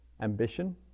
Ambition